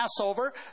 Passover